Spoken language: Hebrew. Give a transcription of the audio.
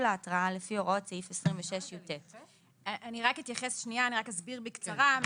ההתראה לפי הוראות סעיף 26יט. אני אסביר בקצרה.